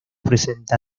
presenta